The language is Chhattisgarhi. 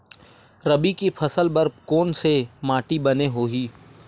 रबी के फसल बर कोन से माटी बने होही?